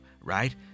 right